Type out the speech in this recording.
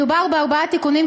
מדובר בארבעה תיקונים,